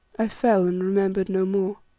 i fell and remembered no more.